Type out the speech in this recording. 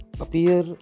appear